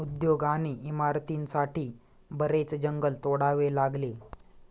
उद्योग आणि इमारतींसाठी बरेच जंगल तोडावे लागले